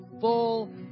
full